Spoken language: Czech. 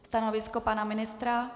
Stanovisko pana ministra?